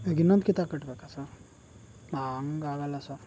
ಈಗ ಇನ್ನೊಂದ್ಕಿತಾ ಕಟ್ಟಬೇಕಾ ಸರ್ ಹಾ ಹಂಗ್ ಆಗೋಲ್ಲ ಸರ್